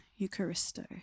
Eucharisto